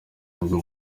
ubwo